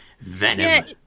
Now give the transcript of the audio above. Venom